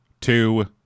two